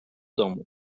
domu